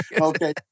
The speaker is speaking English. Okay